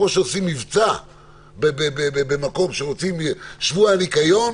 כמו שעושים מבצע במקום שרוצים שבוע ניקיון,